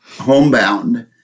homebound